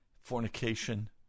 fornication